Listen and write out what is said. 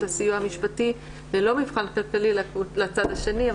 הסיוע המשפטי ללא מבחן כלכלי לצד השני.